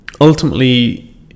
Ultimately